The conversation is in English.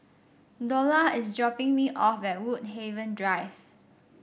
Dola is dropping me off at Woodhaven Drive